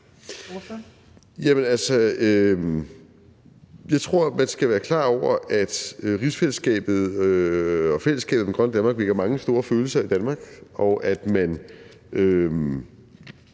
Jeg tror, man skal være klar over, at rigsfællesskabet og fællesskabet mellem Grønland og Danmark vækker mange store følelser i Danmark, og at